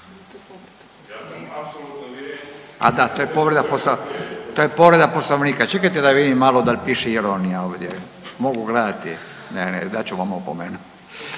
A da to je povreda poslo…, to je povreda poslovnika, čekajte da vidim malo dal piše ironija ovdje, mogu gledati, ne, ne, dat ću vam opomenu